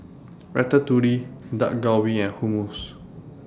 Ratatouille Dak Galbi and Hummus